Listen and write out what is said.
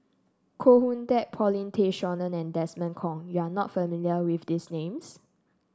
Koh Hoon Teck Paulin Tay Straughan and Desmond Kon you are not familiar with these names